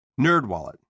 NerdWallet